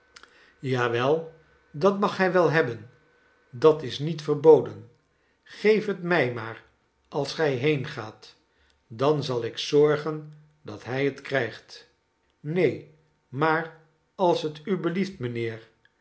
wel dat mag hij wel hebben dat is niet verboden geef het my maar als gij heengaat dan zal ik zorgen dat hij het krijgt neen maar als het u belieft mijnheer